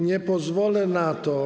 Nie pozwolę na to.